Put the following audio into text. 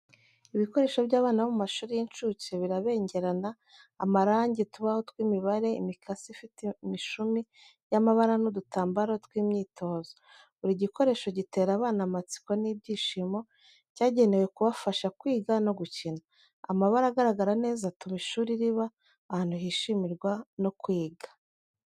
Ibikoresho by’abana bo mu mashuri y’incuke birabengerana, amarangi, utubaho tw’imibare, imikasi ifite imishumi y’amabara, n’udutambaro tw’imyitozo. Buri gikoresho gitera abana amatsiko n’ibyishimo, cyagenewe kubafasha kwiga no gukina. Amabara agaragara neza atuma ishuri riba ahantu hishimirwa no kwiga.